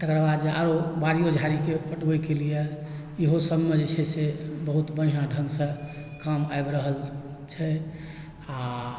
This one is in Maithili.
तकरा बाद जे आरो बाड़ियो झाड़ीके पटबैके लिए इहो सभमे जे छै से बहुत बढ़िआँ ढ़ंगसँ काम आबि रहल छै आ